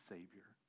Savior